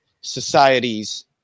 societies